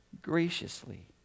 graciously